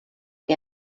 que